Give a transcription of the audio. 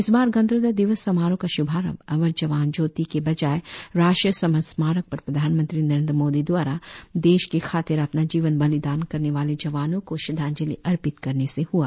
इस बार गणतंत्र दिवस समारोह का शुभारंभ अमर जवान ज्योति के बजाय राष्ट्रीय समर स्मारक पर प्रधानमंत्री नरेन्द्र मोदी द्वारा देश की खातिर अपना जीवन बलिदान करने वाले जवानों को श्रद्धांजलि अर्पित करने से हुआ